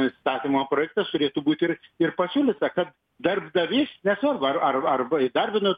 įstatymo projektas turėtų būt ir ir pasiūlyta kad darbdavys nesvarbu ar ar arba įdarbino